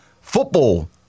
football